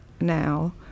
now